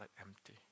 empty